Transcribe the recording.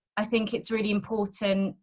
i think it's really important,